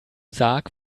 sarg